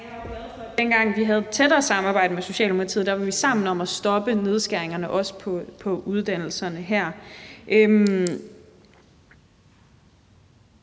dengang vi havde et tættere samarbejde med Socialdemokratiet, var sammen om at stoppe nedskæringerne også på uddannelserne her.